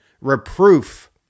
reproof